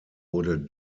wurde